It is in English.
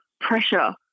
pressure